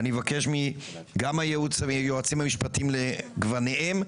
ואני מבקש גם מהיועצים המשפטיים לגווניהם,